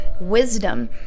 wisdom